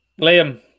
Liam